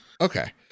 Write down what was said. Okay